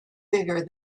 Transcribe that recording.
bigger